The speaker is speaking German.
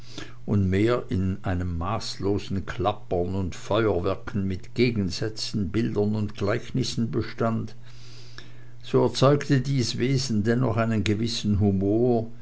und mehr in einem maßlosen klappern und feuerwerken mit gegensätzen bildern und gleichnissen bestand so erzeugte dies wesen dennoch einen gewissen humor